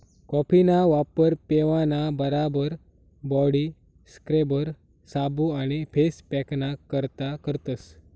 कॉफीना वापर पेवाना बराबर बॉडी स्क्रबर, साबू आणि फेस पॅकना करता करतस